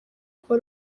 kuba